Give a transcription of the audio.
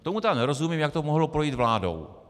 Tomu tedy nerozumím, jak to mohlo projít vládou.